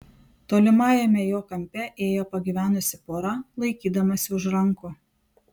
tolimajame jo kampe ėjo pagyvenusi pora laikydamasi už rankų